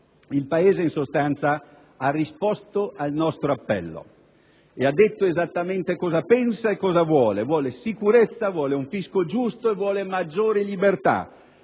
Il Paese, in sostanza, ha risposto al nostro appello e ha detto esattamente cosa pensa e cosa vuole: sicurezza, un fisco giusto e maggiore libertà.